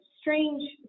strange